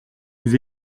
vous